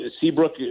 Seabrook